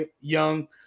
young